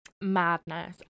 madness